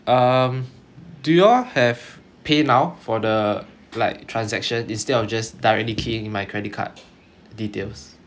um do y'all have paynow for the like transaction instead of just directly key in my credit card details